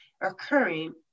occurring